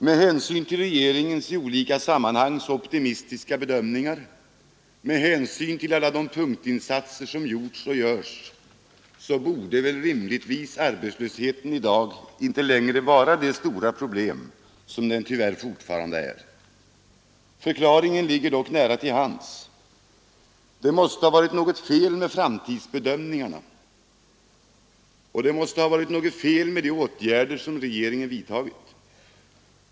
Med hänsyn till regeringens i olika sammanhang så optimistiska bedömningar och med hänsyn till alla de punktinsatser som gjorts och görs, borde väl rimligtvis arbetslösheten i dag inte längre vara det stora problem, som den tyvärr fortfarande är. Förklaringen ligger dock nära till hands; det måste ha varit något fel såväl på framtidsbedömningarna som på de åtgärder regeringen vidtagit.